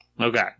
Okay